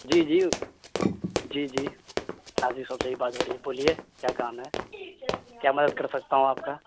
جی جی جی جی رازق شاپ سے ہی بات ہو رہی ہے بولیے کیا کام ہے کیا مدد کر سکتا ہوں آپ کا